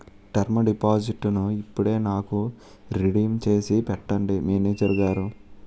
term డిపాజిట్టును ఇప్పుడే నాకు రిడీమ్ చేసి పెట్టండి మేనేజరు గారు